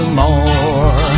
more